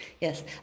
Yes